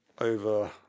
over